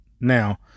now